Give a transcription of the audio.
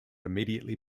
immediately